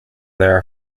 their